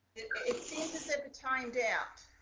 it timed out.